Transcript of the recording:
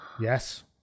Yes